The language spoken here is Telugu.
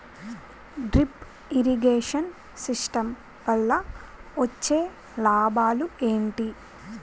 డ్రిప్ ఇరిగేషన్ సిస్టమ్ వల్ల వచ్చే లాభాలు ఏంటి?